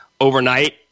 overnight